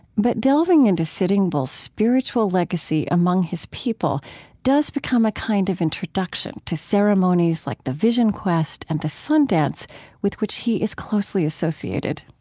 but delving into sitting bull's spiritual legacy among his people does become a kind of introduction to ceremonies like the vision quest and the sun dance with which he is closely associated